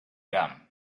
gum